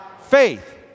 faith